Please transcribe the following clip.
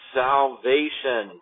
salvation